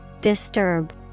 Disturb